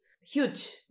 huge